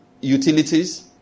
utilities